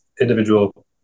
individual